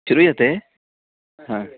श्रूयते हा